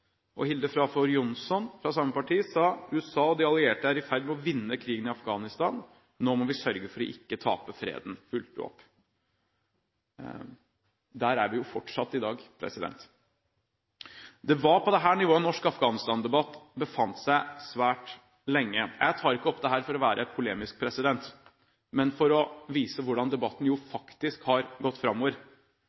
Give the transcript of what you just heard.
Og Hilde Frafjord Johnson fra samme parti fulgte opp med: «USA og de allierte er i ferd med å vinne krigen i Afghanistan. Nå må vi sørge for ikke å tape freden.» Der er vi jo fortsatt i dag. Det var på dette nivået norsk Afghanistan-debatt befant seg svært lenge. Jeg tar ikke dette opp for å være polemisk, men for å vise hvordan debatten faktisk har gått framover.